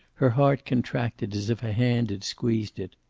her heart contracted as if a hand had squeezed it.